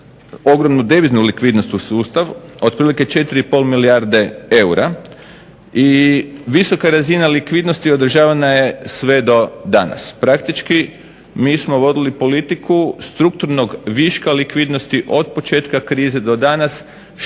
ogromnu deviznu likvidnost u sustav otprilike 4 i pol milijarde eura. I visoka razina likvidnosti održavana je sve do danas. Praktički mi smo vodili politiku strukturnog viška likvidnosti od početka krize do danas što